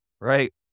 Right